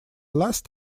last